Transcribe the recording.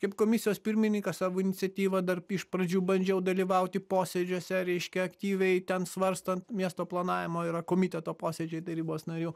kaip komisijos pirmininkas savo iniciatyva dar iš pradžių bandžiau dalyvauti posėdžiuose reiškia aktyviai ten svarstant miesto planavimo yra komiteto posėdžiai tarybos narių